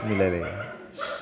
मिलायलाया